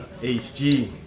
HG